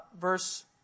verse